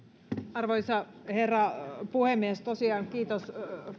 arvoisa herra puhemies tosiaan kiitos